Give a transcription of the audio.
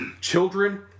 children